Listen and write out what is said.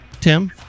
Tim